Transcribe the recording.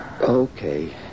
Okay